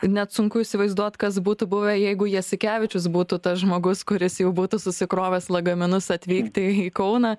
net sunku įsivaizduot kas būtų buvę jeigu jasikevičius būtų tas žmogus kuris jau būtų susikrovęs lagaminus atvykti į kauną